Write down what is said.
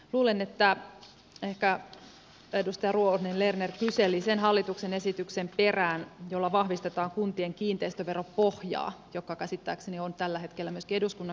luulen että ehkä edustaja ruohonen lerner kyseli sen hallituksen esityksen perään jolla vahvistetaan kuntien kiinteistöveropohjaa joka käsittääkseni on tällä hetkellä myöskin eduskunnan käsittelyssä